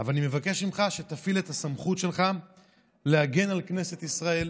אבל אני מבקש ממך שתפעיל את הסמכות שלך להגן על כנסת ישראל.